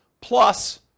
plus